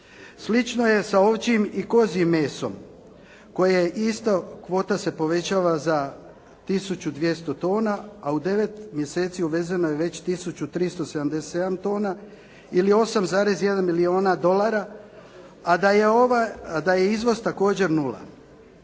Slično je sa ovčjim i kozjim mesom, koje isto kvota se povećava za tisuću 200 tona, a u 9 mjeseci uvezeno je već tisuću 377 tona ili 8,1 milijona dolara, a da je izvoz također nula.